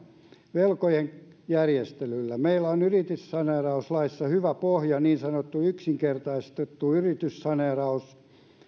velkojen järjestelyllä meillä on yrityssaneerauslaissa hyvä pohja niin sanottu yksinkertaistettu yrityssaneeraus